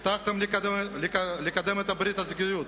הבטחתם לקדם את ברית הזוגיות,